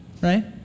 right